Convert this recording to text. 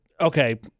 okay